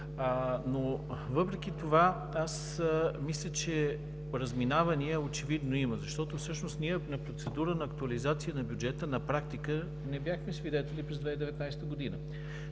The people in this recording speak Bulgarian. но въпреки това мисля, че разминавания очевидно има. Всъщност ние на процедура на актуализация на бюджета на практика не бяхме свидетели през 2019 г.